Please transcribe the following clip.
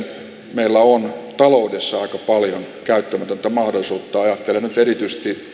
meillä on taloudessa aika paljon käyttämätöntä mahdollisuutta ajattelen nyt erityisesti